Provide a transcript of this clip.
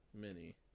Mini